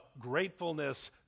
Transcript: gratefulness